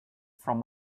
from